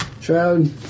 Shroud